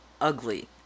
ugly